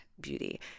beauty